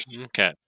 Okay